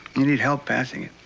you'll need help passing it.